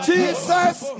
Jesus